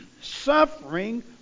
suffering